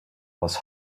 was